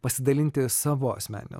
pasidalinti savo asmenine